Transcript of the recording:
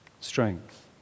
Strength